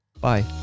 Bye